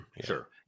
Sure